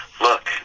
Look